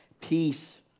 Peace